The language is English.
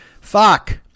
Fuck